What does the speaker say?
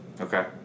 Okay